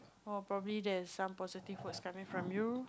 oh probably there's some positive words coming from you